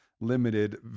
limited